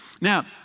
Now